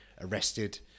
arrested